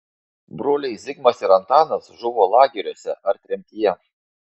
broliai zigmas ir antanas žuvo lageriuose ar tremtyje